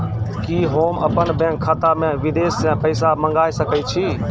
कि होम अपन बैंक खाता मे विदेश से पैसा मंगाय सकै छी?